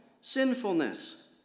sinfulness